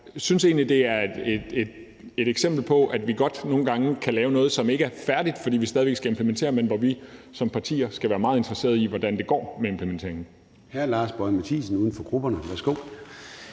jeg synes egentlig, det er et eksempel på, at vi nogle gange godt kan lave noget, som ikke er færdigt, fordi vi stadig væk skal implementere, men hvor vi som partier skal være meget interesserede i, hvordan det går med implementeringen. Kl. 13:11 Formanden (Søren Gade): Hr. Lars Boje Mathiesen, uden for grupperne. Værsgo.